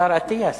השר אטיאס,